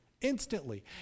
instantly